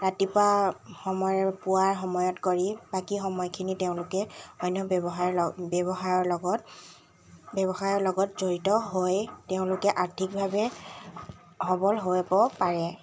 ৰাতিপুৱা সময়ত পুৱা সময়ত কৰি বাকী সময়খিনি তেওঁলোকে অন্য ব্যৱসায়ৰ ল ব্যৱসায়ৰ লগত ব্যৱসায়ৰ লগত জড়িত হৈ তেওঁলোকে আৰ্থিকভাৱে সবল হ'ব পাৰে